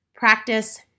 Practice